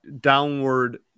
downward